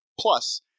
Plus